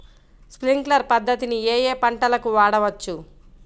Sprinkler పద్ధతిని ఏ ఏ పంటలకు వాడవచ్చు?